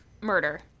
murder